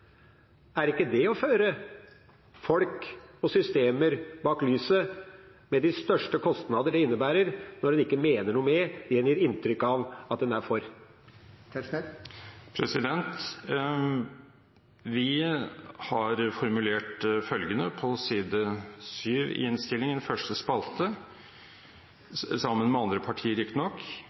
Er ikke det å føre folk og systemer bak lyset med de store kostnadene det innebærer, når man ikke mener noe med det en gir inntrykk av at en er for? Vi har formulert følgende på side 7 i innstillingen, første spalte, sammen med andre partier riktignok,